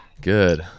good